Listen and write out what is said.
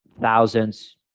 thousands